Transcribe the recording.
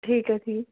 ਠੀਕ ਹੈ ਜੀ